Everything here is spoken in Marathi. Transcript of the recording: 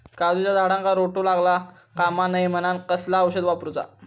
काजूच्या झाडांका रोटो लागता कमा नये म्हनान कसला औषध वापरूचा?